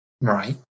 Right